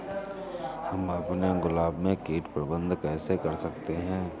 हम अपने गुलाब में कीट प्रबंधन कैसे कर सकते है?